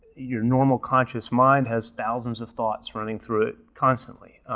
your normal conscious mind has thousands of thoughts running through it constantly,